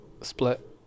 split